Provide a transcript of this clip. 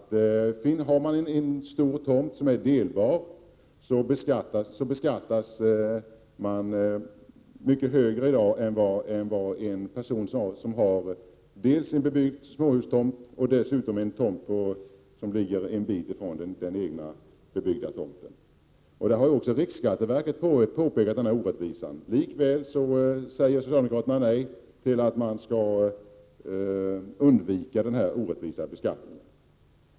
En person som har en stor tomt som är delbar beskattas mycket högre än en person som har dels en bebyggd småhustomt, dels en annan tomt en bit ifrån denna bebyggda tomt. Riksskatteverket har pekat på denna orättvisa. Likväl säger socialdemokraterna nej till att ta bort denna orättvisa beskattning.